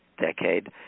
decade